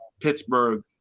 Pittsburgh